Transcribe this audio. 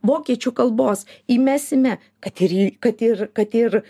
vokiečių kalbos įmesime kad ir į kad ir kad ir